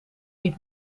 niet